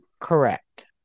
Correct